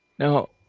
now.